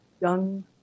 young